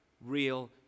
real